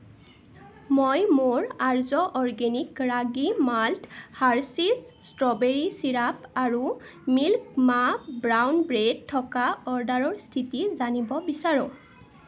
মই মোৰ Arya organic ragi malt Hershey's strawberry syrup আৰু মিল্ক মা ব্ৰাউন ব্ৰেড থকা অৰ্ডাৰৰ স্থিতি জানিব বিচাৰোঁ